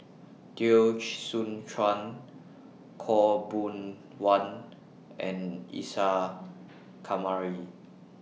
Teo Soon Chuan Khaw Boon Wan and Isa Kamari